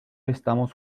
estamos